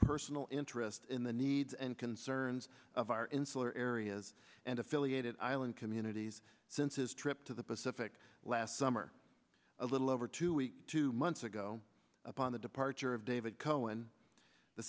personal interest in the needs and concerns of our insular areas and affiliated island communities since his trip to the pacific last summer a little over two weeks two months ago upon the departure of david cohen the